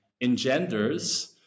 engenders